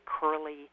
curly